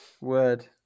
Word